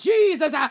Jesus